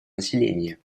населения